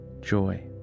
joy